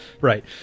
Right